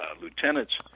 lieutenants